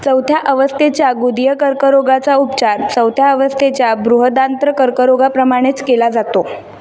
चौथ्या अवस्थेच्या गुदीय कर्करोगाचा उपचार चौथ्या अवस्थेच्या बृहदांत्र कर्करोगाप्रमाणेच केला जातो